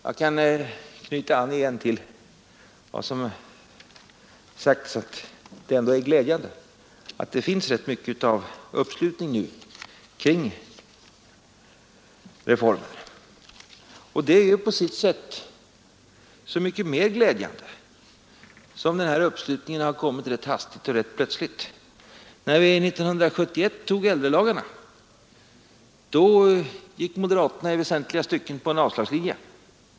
Jag kan knyta an igen till vad som sagts om att det ändå är glädjande att det nu finns rätt god uppslutning kring reformen. Det är så mycket mer glädjande som denna uppslutning kommit rätt hastigt och plötsligt. När vi 1971 antog äldrelagarna gick moderaterna i väsentliga stycken på en avslagslinje.